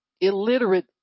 illiterate